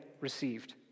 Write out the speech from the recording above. received